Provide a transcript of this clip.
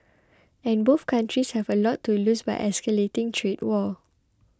and both countries have a lot to lose by escalating trade war